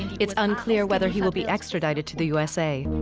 it's unclear whether he will be extradited to the u s a.